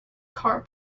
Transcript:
car